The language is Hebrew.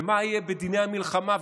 ומה יהיה בדיני המלחמה?